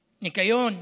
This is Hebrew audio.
ניקיון,